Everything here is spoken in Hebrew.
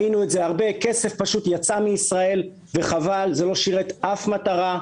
כסף יצא מישראל וחבל, כי זה לא שירת אף מטרה.